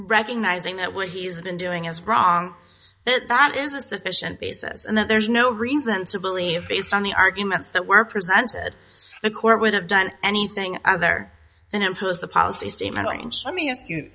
recognizing that what he's been doing is wrong that is a sufficient basis and that there's no reason to believe based on the arguments that were presented the court would have done anything other than impose the policy statement let me ask you